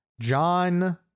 John